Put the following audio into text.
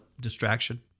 distraction